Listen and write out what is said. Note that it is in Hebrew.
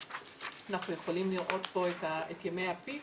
אנחנו יכולים לראות פה את ימי ה'פיק'